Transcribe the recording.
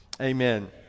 amen